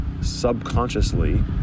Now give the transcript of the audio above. subconsciously